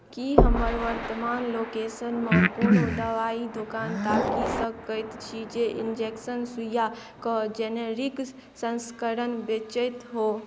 की हमर वर्तमान लोकेशनमे कोनो दवाइ दोकान ताकि सकैत छी जे इंजेक्शन सुइयाके जेनेरिक संस्करण बेचैत हो